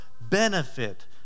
benefit